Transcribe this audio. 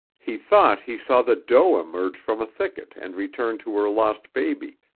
he thought he saw the doe emerge from a thicket and return to her lost baby,